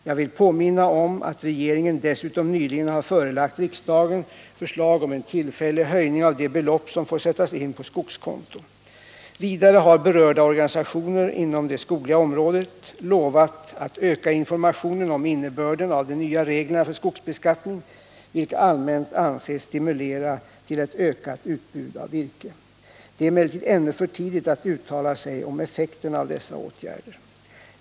Jag vill påminna om att regeringen dessutom nyligen har förelagt riksdagen förslag om en tillfällig höjning av de belopp som får sättas in på skogskonto. Vidare har berörda organisationer inom det skogliga området lovat att öka informationen om innebörden av de nya reglerna för skogsb attning, vilka allmänt anses stimulera till ett ökat utbud av virke. Det är emellertid ännu för tidigt att uttala sig om effekterna av dessa åtgärder.